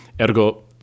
Ergo